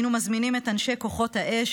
היינו מזמינים את אנשי כוחות האש,